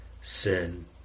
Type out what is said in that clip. sin